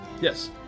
Yes